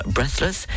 Breathless